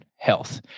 health